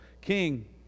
King